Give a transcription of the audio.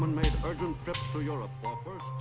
major industrial ah but